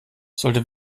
sollte